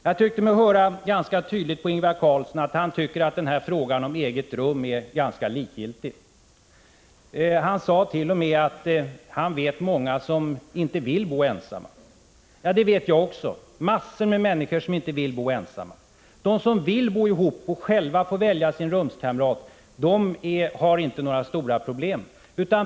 Jag tyckte mig höra relativt tydligt på Ingvar Carlsson att han tycker att frågan om eget rum är ganska likgiltig. Han sade t.o.m. att han vet många som inte vill vara ensamma. Ja, det vet också jag — massor av människor vill inte vara ensamma. De som vill bo ihop och själva får välja sin rumskamrat har inte några stora problem.